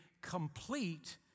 complete